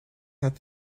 had